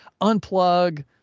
unplug